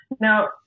Now